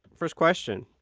first question.